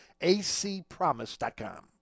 acpromise.com